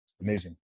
amazing